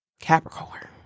Capricorn